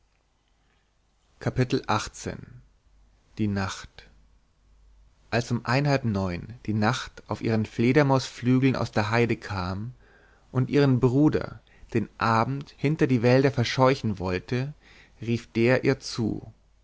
die nacht als um einhalbneun die nacht auf ihren fledermausflügeln aus der heide kam und ihren bruder den abend hinter die wälder verscheuchen wollte rief der ihr zu